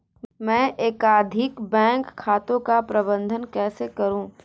मैं एकाधिक बैंक खातों का प्रबंधन कैसे करूँ?